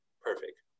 perfect